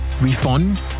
refund